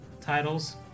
titles